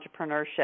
entrepreneurship